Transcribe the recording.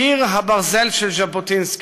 קיר הברזל של ז'בוטינסקי,